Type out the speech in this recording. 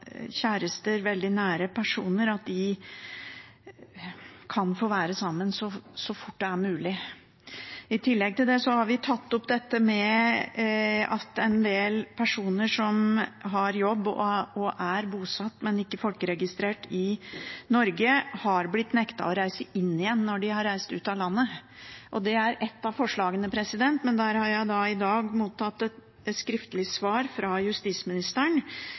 kjærester, veldig nære personer, kan få være sammen så fort det er mulig. I tillegg har vi tatt opp dette med at en del personer som har jobb og er bosatt, men ikke folkeregistrert i Norge har blitt nektet å reise inn igjen etter at de har reist ut av landet. Det gjelder ett av forslagene. Men der har jeg i dag mottatt et skriftlig svar fra justisministeren,